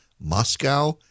Moscow